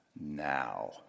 now